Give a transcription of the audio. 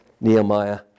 Nehemiah